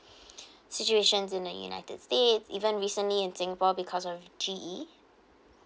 situations in the united states even recently in singapore because of G_E